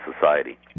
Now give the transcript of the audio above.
society